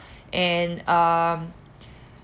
and um